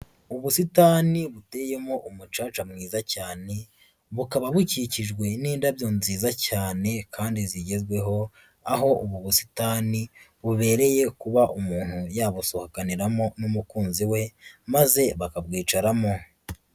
Ubusitani buteyemo umucaca mwiza cyane, bukaba bukikijwe n'indabyo nziza cyane kandi zigezweho, aho ubu busitani bubereye kuba umuntu yabusohokaniramo n'umukunzi we maze bakabwicaramo.